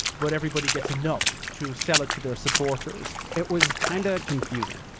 but everybody gets enough to sell it to their supporters it was kind of confusing,